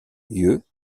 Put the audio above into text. yeux